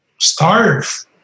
starve